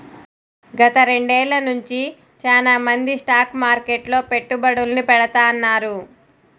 గత రెండేళ్ళ నుంచి చానా మంది స్టాక్ మార్కెట్లో పెట్టుబడుల్ని పెడతాన్నారు